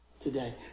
today